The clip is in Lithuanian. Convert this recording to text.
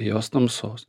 bijos tamsos